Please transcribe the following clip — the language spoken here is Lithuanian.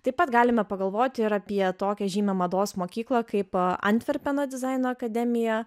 taip pat galime pagalvoti ir apie tokią žymią mados mokyklą kaip antverpeno dizaino akademija